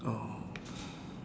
oh